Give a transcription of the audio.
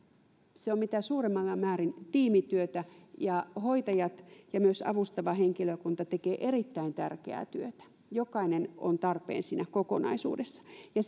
se on mitä suurimmassa määrin tiimityötä ja hoitajat ja myös avustava henkilökunta tekevät erittäin tärkeää työtä jokainen on tarpeen siinä kokonaisuudessa ja